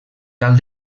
cal